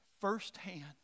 Firsthand